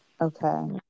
okay